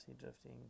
drifting